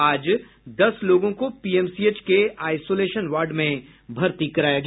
आज दस लोगों को पीएमसीएच के आइसोलेशन वार्ड में भर्ती कराया गया